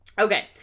Okay